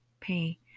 pay